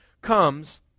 comes